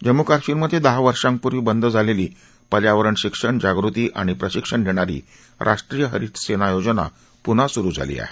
जम्मू कश्मीरमधे दहा वर्षापूर्वी बंद झालेली पर्यावरण शिक्षण जागृती आणि प्रशिक्षण देणारी राष्ट्रीय हरित सेना योजना पुन्हा सुरू झाली आहे